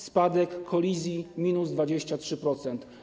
Spadek liczby kolizji - minus 23%.